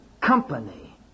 Company